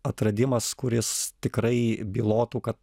atradimas kuris tikrai bylotų kad